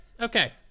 Okay